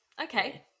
Okay